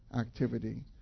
activity